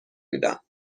میدم